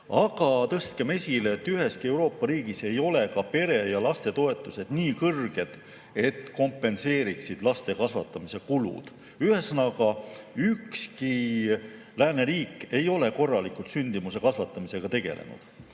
Aga tõstkem esile, et üheski Euroopa riigis ei ole pere‑ ja lastetoetused nii kõrged, et kompenseeriksid laste kasvatamise kulud. Ühesõnaga, ükski lääneriik ei ole korralikult sündimuse kasvatamisega tegelenud.